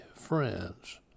friends